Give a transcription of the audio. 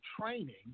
training